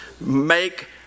make